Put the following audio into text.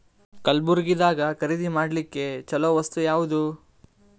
ಕಲಬುರ್ಗಿದಾಗ ಖರೀದಿ ಮಾಡ್ಲಿಕ್ಕಿ ಚಲೋ ವಸ್ತು ಯಾವಾದು?